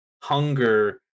hunger